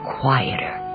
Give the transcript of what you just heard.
quieter